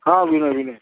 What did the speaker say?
हां विनय विनय